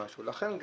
לכן,